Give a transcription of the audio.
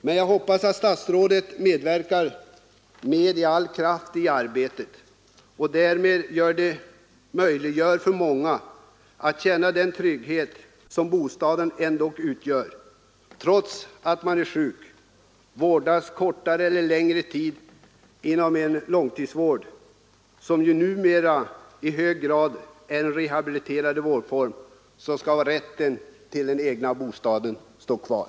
Men jag hoppas att statsrådet medverkar med all kraft i arbetet och därmed möjliggör för många att känna den trygghet som bostaden ändock utgör. Trots att man är sjuk och vårdas kortare eller längre tid inom långtidssjukvården, som ju numera i hög grad är en rehabiliterande vårdform, skall rätten till den egna bostaden stå kvar.